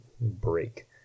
break